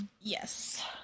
yes